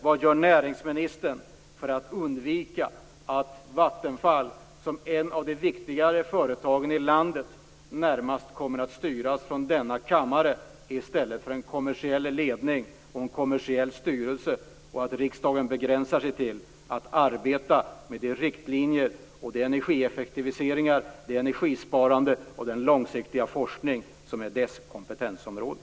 Vad gör näringsministern för att undvika att Vattenfall som ett av de viktigare företagen i landet närmast kommer att styras från denna kammare i stället för från en kommersiell ledning och en kommersiell styrelse och för att riksdagen begränsar sig till att arbeta med de riktlinjer, de energieffektiviseringar, det energisparande och den långsiktiga forskning som är dess kompetensområde?